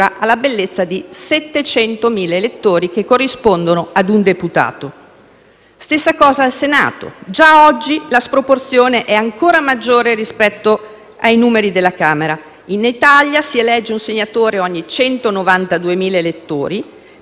Stessa cosa al Senato: già oggi la sproporzione è ancora maggiore rispetto ai numeri della Camera. In Italia si elegge un senatore ogni 192.000 elettori, mentre se un senatore è eletto all'estero necessitano 800.000 elettori;